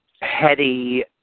heady